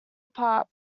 apart